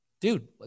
dude